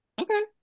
okay